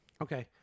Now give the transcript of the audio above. Okay